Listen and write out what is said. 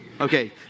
Okay